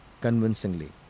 convincingly